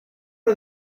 are